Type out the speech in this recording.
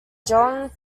john